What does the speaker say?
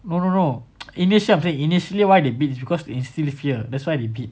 no no no initial okay initially why they beat because instill fear that's why they beat